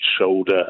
shoulder